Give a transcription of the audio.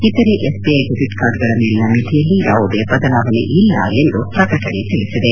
ಇತರೆ SBI debit ಕಾರ್ಡ್ಗಳ ಮೇಲಿನ ಮಿತಿಯಲ್ಲಿ ಯಾವುದೇ ಬದಲಾವಣೆ ಇಲ್ಲ ಎಂದು ಪ್ರಕಟಣೆ ತಿಳಿಸಿದೆ